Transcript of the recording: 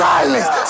Silence